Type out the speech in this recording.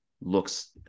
looks